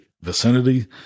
vicinity